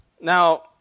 now